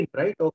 right